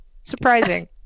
surprising